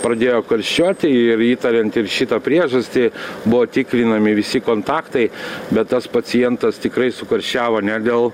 pradėjo karščiuoti ir įtariant ir šito priežastį buvo tikrinami visi kontaktai bet tas pacientas tikrai sukarščiavo ne dėl